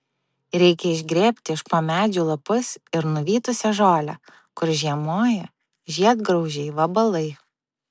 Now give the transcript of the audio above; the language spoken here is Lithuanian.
reikia išgrėbti iš po medžių lapus ir nuvytusią žolę kur žiemoja žiedgraužiai vabalai